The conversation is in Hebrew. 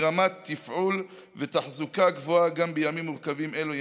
ברמת תפעול ותחזוקה גבוהה גם בימים מורכבים אלה,